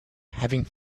having